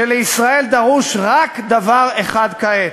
שלישראל דרוש רק דבר אחת כעת: